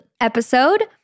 episode